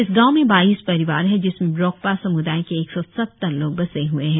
इस गांव में बाईस परिवार है जिसमें ब्रोकपा सम्दाय के एक सौ सत्तर लोग बसे हए है